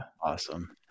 Awesome